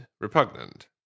repugnant